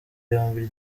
yombi